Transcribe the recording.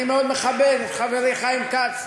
אני מאוד מכבד את חברי חיים כץ.